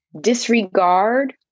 disregard